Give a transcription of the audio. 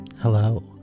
Hello